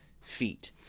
feet